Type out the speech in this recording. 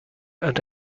and